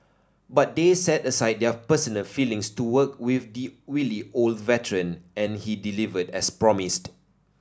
but they set aside their personal feelings to work with the wily old veteran and he delivered as promised